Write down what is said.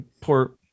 Poor